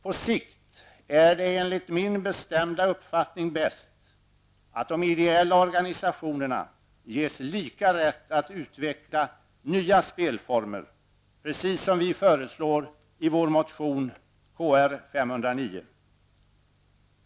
På sikt är det enligt min bestämda uppfattning bäst att de ideella organisationerna ges lika rätt att utveckla nya spelformer, precis som vi föreslår i vår motion Kr509.